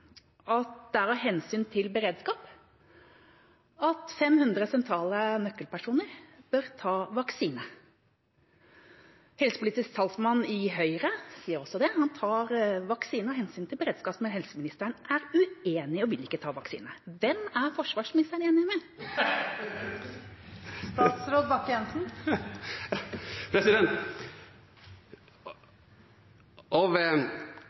at det er av hensyn til beredskap at 500 sentrale nøkkelpersoner bør ta vaksine. Helsepolitisk talsmann i Høyre sier også det – han tar vaksine av hensyn til beredskap. Men helseministeren er uenig og vil ikke ta vaksine. Hvem er forsvarsministeren enig med?